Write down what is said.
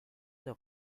der